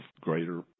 greater